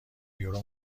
یورو